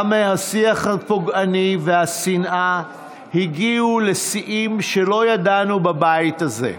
גם השיח הפוגעני והשנאה הגיעו לשיאים שלא ידענו בבית הזה.